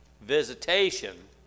visitation